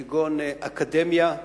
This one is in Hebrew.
אקדמיה,